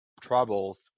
troubles